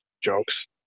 jokes